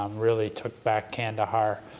um really took back kandahar,